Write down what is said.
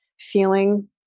feeling